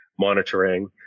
monitoring